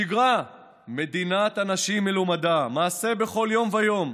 שגרה, מדינת אנשים מלומדה, מעשה בכל יום ויום,